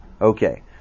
Okay